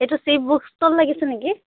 এইটো Shiv book stall লাগিছে নেকি